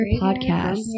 Podcast